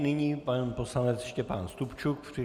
Nyní pan poslanec Štěpán Stupčuk.